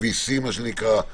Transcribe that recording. ה-VC מה שנקרא,